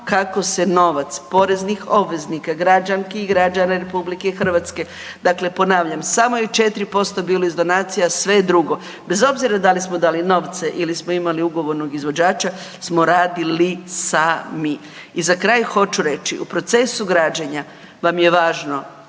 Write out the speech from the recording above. kako se novac poreznih obveznika, građanki i građana RH dakle ponavljam samo je 4% iz donacija sve drugo, bez obzira da li smo dali novce ili smo imali ugovornog izvođača smo radili sami. I za kraj hoću reći u procesu građenja vam je važno